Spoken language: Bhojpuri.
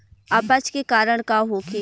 अपच के कारण का होखे?